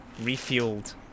refueled